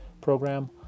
program